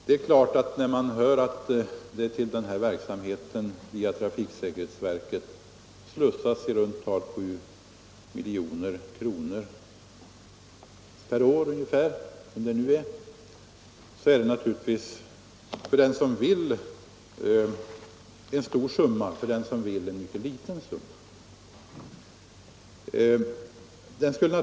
Det är klart att när man hör att det till den här verksamheten via trafiksäkerhetsverket slussas i runt tal 7 milj.kr. per år f. n. framstår det naturligtvis för den som så vill som en stor summa och för den som så vill som en mycket liten summa.